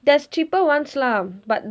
there's cheaper ones lah but